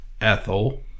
Ethel